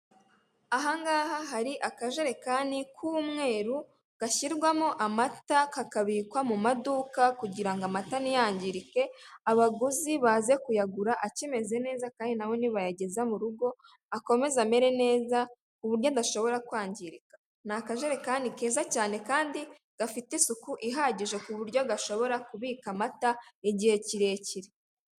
Ahangaha hari akajerekani k'umweru gashyirwamo amata kakabikwa mu maduka kugira ngo amata ntiyangirike, abaguzi baze kuyagura akimeze neza kandi nabo nibayageza mu rugo akomeze amere neza ku buryo adashobora kwangirika, ni akajerekani keza cyane kandi gafite isuku ihagije ku buryo gashobora kubika amata igihe kirekire.